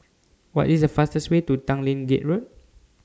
What IS The fastest Way to Tanglin Gate Road